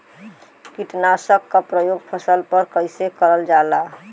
कीटनाशक क प्रयोग फसल पर कइसे करल जाला?